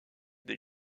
des